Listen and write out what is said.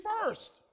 first